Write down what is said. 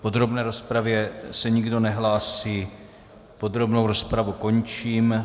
V podrobné rozpravě se nikdo nehlásí, podrobnou rozpravu končím.